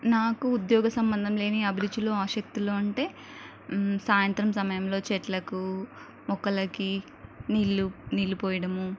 నాకు ఉద్యోగ సంబంధం లేని అభిరుచిలో ఆసక్తులు అంటే సాయంత్రం సమయంలో చెట్లకు మొక్కలకి నీళ్ళు నీళ్ళు పోయడము